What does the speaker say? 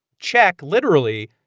check literally,